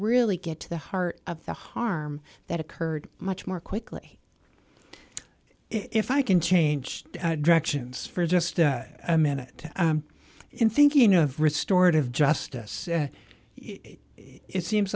really get to the heart of the harm that occurred much more quickly if i can change directions for just a minute in thinking of restored of justice it seems